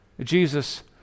Jesus